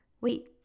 wait